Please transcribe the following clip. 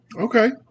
Okay